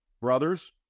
brothers